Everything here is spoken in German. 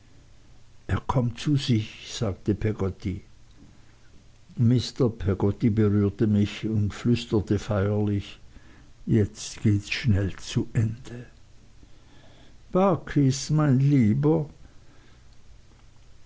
er kommt zu sich fagte peggotty mr peggotty berührte mich und flüsterte feierlich jetzt gehts schnell zu ende barkis mein lieber